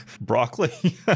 Broccoli